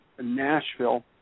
Nashville